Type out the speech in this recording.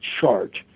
chart